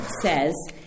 says